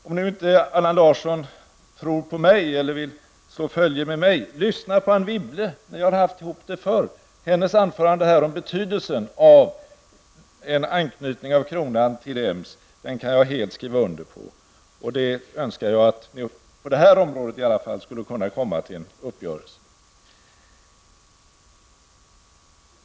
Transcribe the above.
Om nu inte Allan Larsson tror på mig eller vill slå följe med mig, lyssna på Anne Wibble! Ni har haft ihop det förr. Hennes anförande här om betydelsen av en anknytning av kronan till EMS kan jag helt skriva under på, och jag önskar att ni på det här området i vart fall skulle kunna komma till en uppgörelse.